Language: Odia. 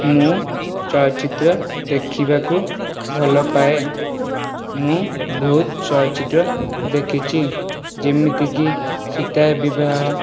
ମୁଁ ଚଳଚ୍ଚିତ୍ର ଦେଖିବାକୁ ଭଲପାଏ ମୁଁ ବହୁତ ଚଳଚ୍ଚିତ୍ର ଦେଖିଛି ଯେମିତିକି ସୀତା ବିବାହ